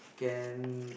can